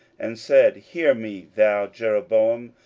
and said, hear me, thou jeroboam,